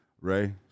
Ray